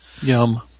Yum